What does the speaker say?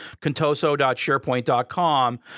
contoso.sharepoint.com